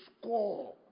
score